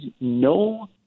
no